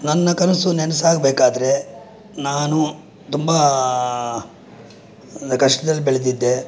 ನನ್ನ ಕನಸು ನನಸಾಗ್ಬೇಕಾದ್ರೆ ನಾನು ತುಂಬ ಕಷ್ಟದಲ್ಲಿ ಬೆಳೆದಿದ್ದೆ